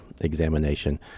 examination